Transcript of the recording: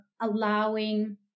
allowing